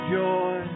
joy